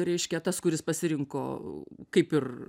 reiškia tas kuris pasirinko kaip ir